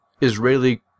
Israeli